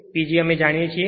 PG જે આપણે જાણીએ છીએ